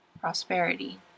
Prosperity